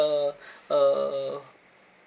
uh uh